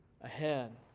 ahead